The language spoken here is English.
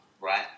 right